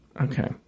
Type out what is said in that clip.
okay